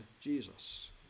Jesus